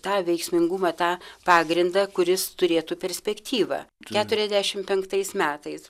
tą veiksmingumą tą pagrindą kuris turėtų perspektyvą keturiasdešimt penktais metais